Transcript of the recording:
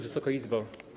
Wysoka Izbo!